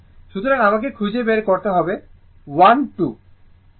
সুতরাং আমাকে খুঁজে বের করতে হয় I 1 I 2